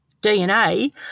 DNA